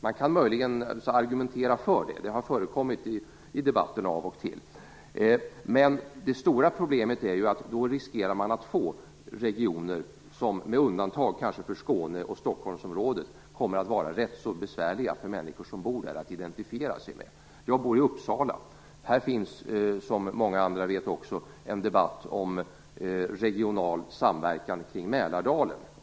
Man kan möjligen argumentera för det - det har förekommit av och till i debatten - men det stora problemet är att man då riskerar att få regioner som det, kanske med undantag för Skåne och Stockholmsområdet, kommer att vara rätt så besvärligt för människor som bor där att identifiera sig med. Jag bor i Uppsala. Det finns, som också många andra vet, en debatt om regional samverkan kring Mälardalen.